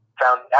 found